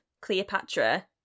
Cleopatra